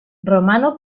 romano